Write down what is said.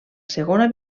segona